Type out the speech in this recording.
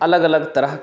अलग अलग तरह